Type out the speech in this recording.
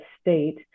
state